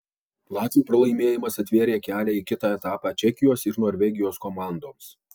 latvių pralaimėjimas atvėrė kelią į kitą etapą čekijos ir norvegijos komandoms